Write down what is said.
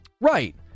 Right